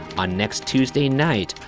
on next tuesday night,